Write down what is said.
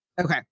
Okay